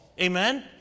Amen